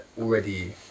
already